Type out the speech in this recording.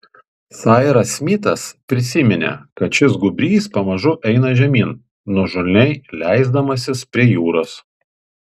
sairas smitas prisiminė kad šis gūbrys pamažu eina žemyn nuožulniai leisdamasis prie jūros